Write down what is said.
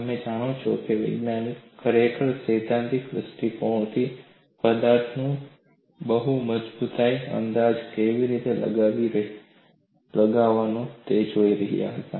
તમે જાણો છો કે વૈજ્ઞાનિકો ખરેખર સૈદ્ધાંતિક દૃષ્ટિકોણથી પદાર્થની મજબૂતાઈનો અંદાજ કેવી રીતે લગાવવો તે જોઈ રહ્યા હતા